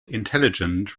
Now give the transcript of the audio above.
intelligent